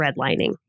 redlining